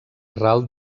ral